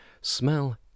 Smell